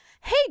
hey